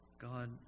God